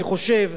אני חושב,